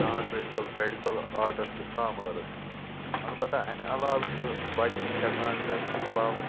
نان medical medical arts تہٕ commerce البتہ اَمہِ علاوٕ چھُ بَچہِ ہیٚکان ٹٮ۪نتھٕ علاوٕ